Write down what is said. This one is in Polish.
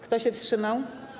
Kto się wstrzymał?